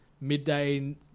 midday